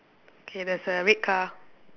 k there's a red car